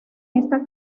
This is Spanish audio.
esta